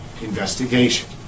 investigation